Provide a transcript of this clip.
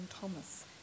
Thomas